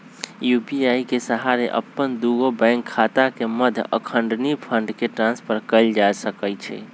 UPI के सहारे अप्पन दुगो बैंक खता के मध्य अखनी फंड के ट्रांसफर कएल जा सकैछइ